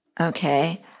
Okay